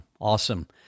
Awesome